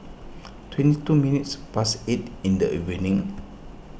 twenty two minutes past eight in the evening